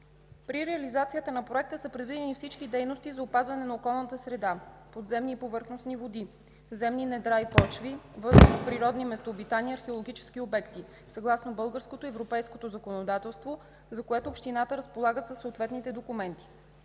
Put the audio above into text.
При реализацията на проекта са предвидени всички дейности за опазване на околната среда – подземни и повърхностни води, земни недра и почви в природни местообитания и археологически обекти съгласно българското и европейското законодателство, за което общината разполага със съответните документи.